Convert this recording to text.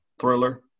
Thriller